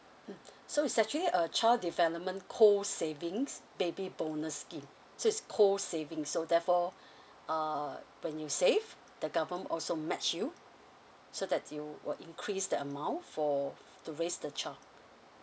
mm so it's actually a child development co savings baby bonus scheme so it's co saving so therefore uh when you save the government also match you so that you will increase the amount for to raise the child